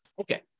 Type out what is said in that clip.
okay